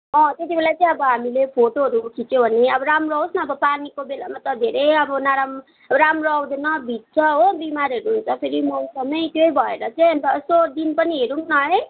त्यति बेला चाहिँ अब हामीले फोटोहरू खिच्यो भने अब राम्रो आवोस् न अब पानीको बेलामा त धेरै अब नराम्रो आउँदैन भिज्छ हो बिमारहरू हुन्छ फेरि मौसम नै त्यही भएर चाहिँ अन्त यसो दिन पनि हेरौँ न है